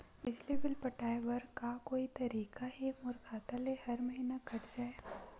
बिजली बिल पटाय बर का कोई तरीका हे मोर खाता ले हर महीना कट जाय?